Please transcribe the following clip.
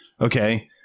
okay